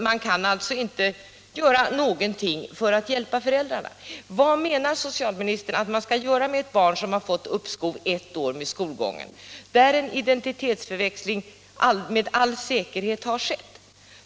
Man kan alltså inte göra någonting för att hjälpa föräldrarna. Vad menar socialministern att man skall göra med ett barn som har fått uppskov ett år med skolgången och där en identitetsförväxling med all säkerhet har skett?